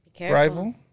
rival